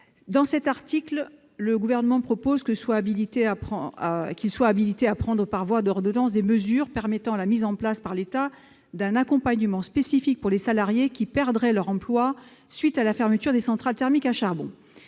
Avec cet article, le Gouvernement nous demande une habilitation à prendre, par voie d'ordonnance, des mesures permettant la mise en place par l'État d'un accompagnement spécifique pour les salariés qui perdraient leur emploi du fait de la fermeture des centrales thermiques à charbon.